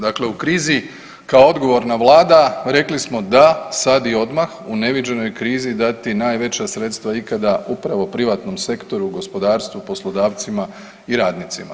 Dakle, u krizi kao odgovorna Vlada rekli smo da, sad i odmah, u neviđenoj krizi dati najveća sredstva ikada upravo privatnom sektoru, gospodarstvu, poslodavcima i radnicima.